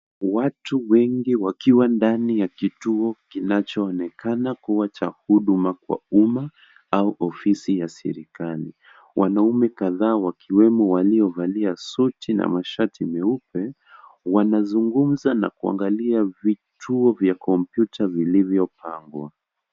Watu wengi wakiwa ndani ya kituo kinachoonekana kuwa cha huduma kwa umma au ofisi ya serikali. Wanaume kadhaa wakiwemo waliovalia suti na mashati meupe, wanazungumza na kuangalia vituo vya kompyuta vilivyopangwa.